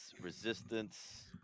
Resistance